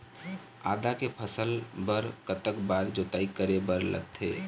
आदा के फसल बर कतक बार जोताई करे बर लगथे?